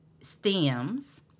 stems